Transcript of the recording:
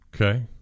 Okay